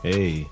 Hey